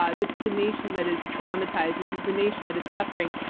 um this is a nation that is traumatized. this is a nation that is suffering.